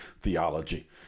theology